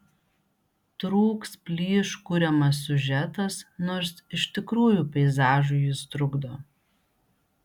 trūks plyš kuriamas siužetas nors iš tikrųjų peizažui jis trukdo